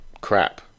crap